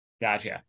Gotcha